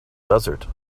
desert